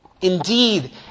Indeed